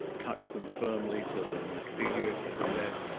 touch them firmly so that they might feel you if they were deaf,